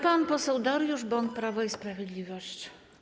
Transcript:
Pan poseł Dariusz Bąk, Prawo i Sprawiedliwość.